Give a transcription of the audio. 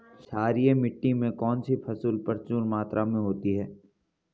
क्षारीय मिट्टी में कौन सी फसल प्रचुर मात्रा में होती है?